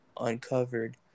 uncovered